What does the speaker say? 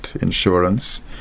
insurance